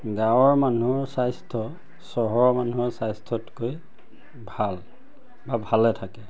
গাঁৱৰ মানুহৰ স্বাস্থ্য চহৰৰ মানুহৰ স্বাস্থ্যতকৈ ভাল বা ভালে থাকে